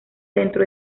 dentro